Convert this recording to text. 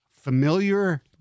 Familiar